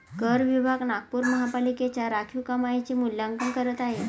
कर विभाग नागपूर महानगरपालिकेच्या राखीव कमाईचे मूल्यांकन करत आहे